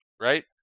Right